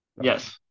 yes